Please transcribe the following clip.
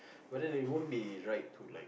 whether they won't be right to like